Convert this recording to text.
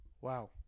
Wow